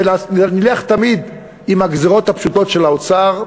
ונלך תמיד עם הגזירות הפשוטות של האוצר,